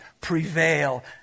prevail